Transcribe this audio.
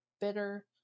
bitter